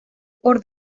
por